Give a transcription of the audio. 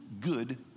good